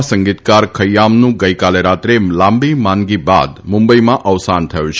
જાણીતા સંગીતકાર ખથ્યામનું ગઇકાલે રાત્રે લાંબી માંદગી બાદ મુંબઇમાં અવસાન થયું છે